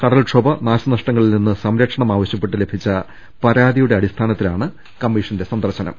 കടൽക്ഷോഭ നാശനഷ്ടങ്ങളിൽ നിന്ന് സംരക്ഷണം ആവശ്യപ്പെട്ട് ലഭിച്ച പരാതിയുടെ അടിസ്ഥാനത്തിലാണ് കമ്മീഷന്റെ സന്ദർശനം